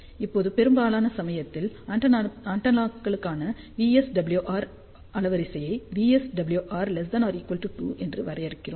இப்போது பெரும்பாலான சமயத்தில் ஆண்டெனாக்களுக்கான VSWR அலைவரிசையை VSWR 2 என வரையறுக்கிறோம்